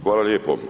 Hvala lijepo.